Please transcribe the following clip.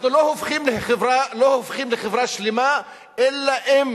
אנחנו לא הופכים לחברה שלמה אלא אם